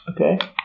Okay